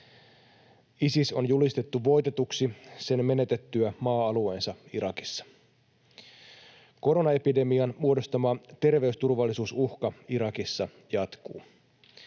Isis on julistettu voitetuksi sen menetettyä maa-alueensa Irakissa. Koronaepidemian muodostama terveysturvallisuusuhka Irakissa jatkuu.